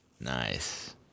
Nice